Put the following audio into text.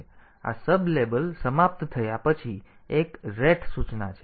તેથી આ સબલેબલ સમાપ્ત થયા પછી એક ret સૂચના છે